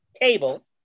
table